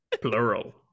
plural